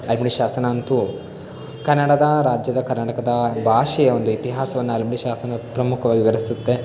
ಹಲ್ಮಿಡಿ ಶಾಸನ ಅಂತು ಕನ್ನಡದ ರಾಜ್ಯದ ಕರ್ನಾಟಕದ ಭಾಷೆಯ ಒಂದು ಇತಿಹಾಸವನ್ನು ಹಲ್ಮಿಡಿ ಶಾಸನ ಪ್ರಮುಖವಾಗಿ ವಿವರಿಸುತ್ತೆ